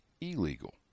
illegal